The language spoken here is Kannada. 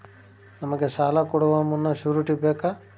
ನಮಗೆ ಸಾಲ ಕೊಡುವ ಮುನ್ನ ಶ್ಯೂರುಟಿ ಬೇಕಾ?